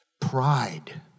Pride